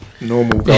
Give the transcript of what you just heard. normal